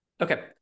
okay